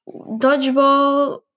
Dodgeball